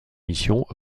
missions